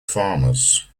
farmers